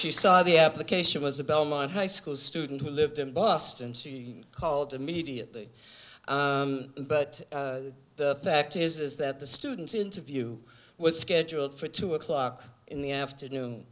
she saw the application was a bellman high school student who lived in boston so he called immediately but the fact is that the students interview was scheduled for two o'clock in the afternoon